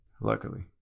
luckily